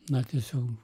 na tiesiog